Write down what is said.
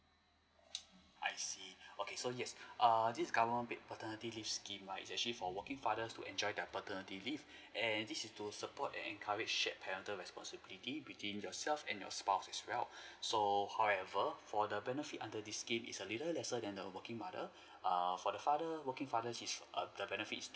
I see okay so yes err this government paid paternity leave scheme uh is actually for working fathers to enjoy their paternity leave and this is to support and encourage shared parental responsibility between yourself and your spouse as well so however for the benefit under this scheme is a little lesser than the working mother err for the father working father he's err the benefits